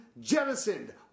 jettisoned